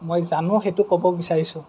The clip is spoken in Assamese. মই জানো সেইটো ক'ব বিচাৰিছো